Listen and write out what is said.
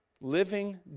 Living